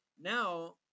now